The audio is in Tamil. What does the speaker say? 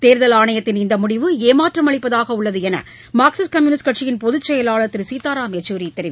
தேர்தல் ஆணையத்தின் இந்தமுடிவு ஏமாற்றம் அளிப்பதாகஉள்ளதுஎன்றுமார்க்சிஸ்ட் கம்யூனிஸ்ட் கட்சியின் பொதுச் செயலாளர் திருசீதாராம் யெச்சூரிதெரிவித்துள்ளார்